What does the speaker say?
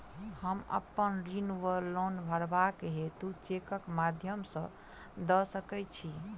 हम अप्पन ऋण वा लोन भरबाक हेतु चेकक माध्यम सँ दऽ सकै छी?